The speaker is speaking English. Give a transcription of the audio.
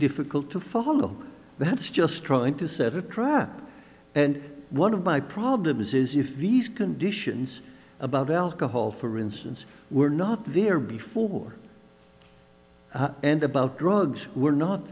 difficult to follow that's just trying to set a trap and one of my problems is if these conditions about alcohol for instance were not veer before and about drugs were not